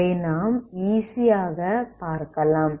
இதை நாம் ஈசி ஆக பார்க்கலாம்